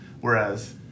Whereas